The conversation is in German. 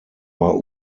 war